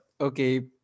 okay